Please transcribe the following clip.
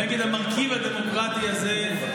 נגד המרכיב הדמוקרטי הזה,